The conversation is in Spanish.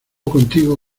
contigo